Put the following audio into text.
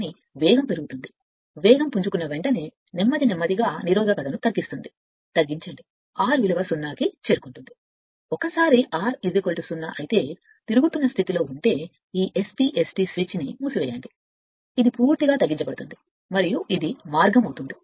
కానీ వేగం పెరుగుతుంది వేగం పుంజుకున్న వెంటనే నెమ్మది నెమ్మదిగా నిరోధకత ను తగ్గిస్తుంది నిరోధకత rనుండి 0 కి చేరుకుంటుంది ఒకసారి r 0 అయితే తిరుగుతున్న స్థితి లో ఈ SP ST స్విచ్ను మూసివేయండి ఇది పూర్తిగా తగ్గించబడుతుంది మరియు ఇది మార్గం అవుతుంది